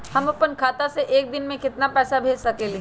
हम अपना खाता से एक दिन में केतना पैसा भेज सकेली?